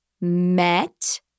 met